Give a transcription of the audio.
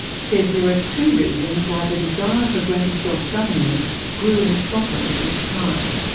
says there are two reasons why the desire for greater self-government grew in scotland at this time.